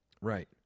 Right